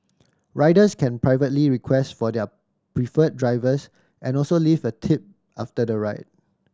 riders can privately request for their preferred drivers and also leave a tip after the ride